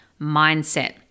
mindset